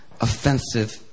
offensive